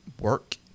work